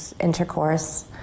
intercourse